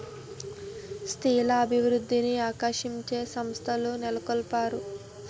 స్త్రీల అభివృద్ధిని ఆకాంక్షించే సంస్థలు నెలకొల్పారు